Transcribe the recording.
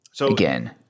again